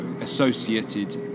associated